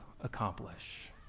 accomplish